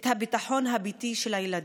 את הביטחון הביתי של הילדים,